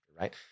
Right